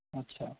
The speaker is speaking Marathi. अच्छा